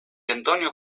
antonio